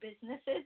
businesses